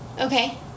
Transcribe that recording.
Okay